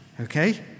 okay